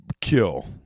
kill